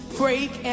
break